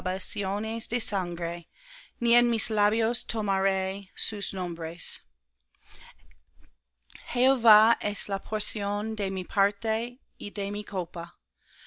sangre ni en mis labios tomaré sus nombres jehová es la porción de mi parte